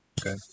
Okay